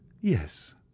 Yes